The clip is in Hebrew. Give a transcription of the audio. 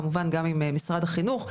כמובן גם עם משרד החינוך.